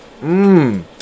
Mmm